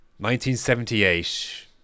1978